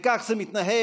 וכך זה מתנהל,